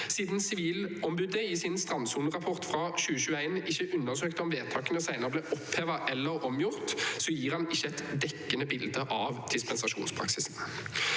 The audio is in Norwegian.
Siden Sivilombudet i sin strandsonerapport fra 2021 ikke undersøkte om vedtakene senere ble opphevet eller omgjort, gir den ikke et dekkende bilde av dispensasjonspraksisen.